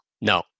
no